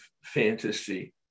fantasy